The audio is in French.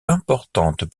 importantes